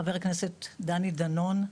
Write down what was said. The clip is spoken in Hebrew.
חבר הכנסת דני דנון,